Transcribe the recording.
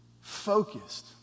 focused